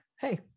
hey